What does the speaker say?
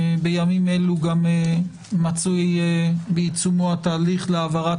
בימים אלו גם מצוי בעיצומו התהליך להעברת